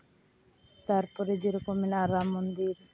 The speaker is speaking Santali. ᱛᱟᱨᱯᱚᱨᱮ ᱡᱮᱨᱚᱠᱚᱢ ᱢᱮᱱᱟᱜᱼᱟ ᱨᱟᱢ ᱢᱚᱱᱫᱤᱨ